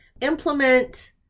implement